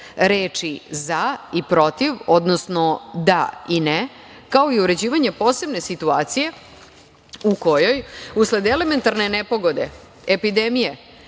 „za“ i „protiv“, odnosno „da“ i „ne“, kao i uređivanje posebne situacije u kojoj usled elementarne nepogode, epidemije